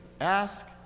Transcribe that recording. ask